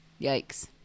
yikes